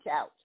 out